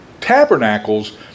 Tabernacles